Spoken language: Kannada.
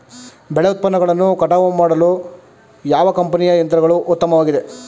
ಬೆಳೆ ಉತ್ಪನ್ನಗಳನ್ನು ಕಟಾವು ಮಾಡಲು ಯಾವ ಕಂಪನಿಯ ಯಂತ್ರಗಳು ಉತ್ತಮವಾಗಿವೆ?